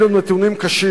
אלה נתונים קשים,